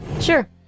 Sure